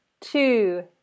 two